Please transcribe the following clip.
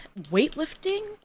weightlifting